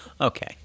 Okay